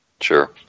Sure